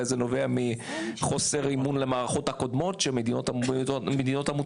אולי זה נובע מחוסר אמון במערכות הקודמות במדינות המוצא.